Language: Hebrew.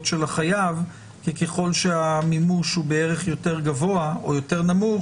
של החייב ככל שהמימוש הוא בערך יותר גבוה או יותר נמוך.